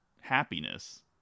happiness